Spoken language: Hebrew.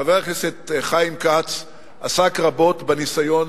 חבר הכנסת חיים כץ עסק רבות בניסיון